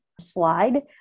slide